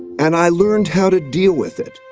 and i learned how to deal with it,